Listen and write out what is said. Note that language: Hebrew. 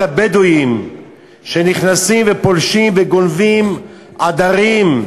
הבדואים שנכנסים ופולשים וגונבים עדרים,